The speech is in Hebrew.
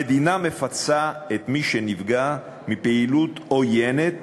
המדינה מפצה את מי שנפגע מפעילות עוינת